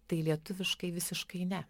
tai lietuviškai visiškai ne